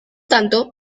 tanto